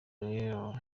gaal